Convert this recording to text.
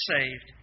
saved